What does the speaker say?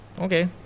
okay